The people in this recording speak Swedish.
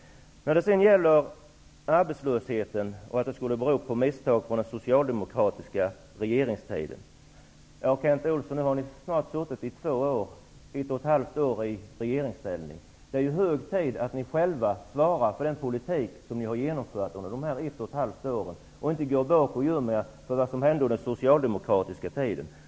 När det sedan gäller arbetslösheten sades det att den skulle bero på misstag från den socialdemokratiska regeringstiden. Nu har ni, Kent Olsson, snart suttit ett och ett halvt år i regeringsställning. Det är hög tid att ni själva svarar för den politik som ni har genomfört under dessa ett och ett halvt år och inte gömmer er bakom vad som hände under den socialdemokratiska tiden.